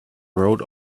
rode